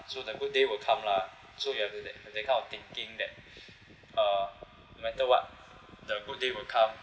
so the good day will come lah so you have to that that kind of thinking that uh no matter what the good day will come